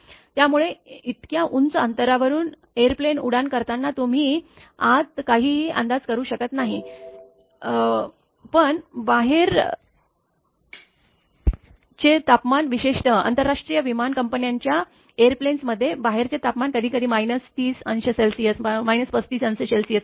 त्यामुळे इतक्या उंच अंतरावरून एयरप्लेन उड्डाण करताना तुम्ही आत काही ही अंदाज करू शकत नाही पण बाहेर चे तापमान विशेषतः आंतरराष्ट्रीय विमान कंपन्यांच्या एयरप्लेन मधे बाहेर चे तापमान कधी कधी ३० अंश सेल्सिअस ३५ अंश सेल्सिअस असेल